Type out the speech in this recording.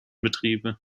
betriebe